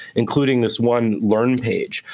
including this one learn page.